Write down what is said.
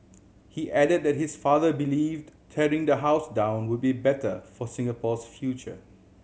he added that his father believed tearing the house down would be better for Singapore's future